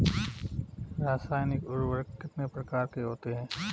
रासायनिक उर्वरक कितने प्रकार के होते हैं?